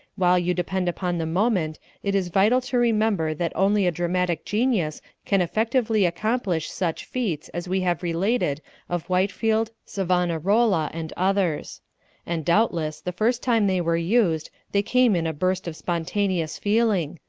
while you depend upon the moment it is vital to remember that only a dramatic genius can effectively accomplish such feats as we have related of whitefield, savonarola, and others and doubtless the first time they were used they came in a burst of spontaneous feeling,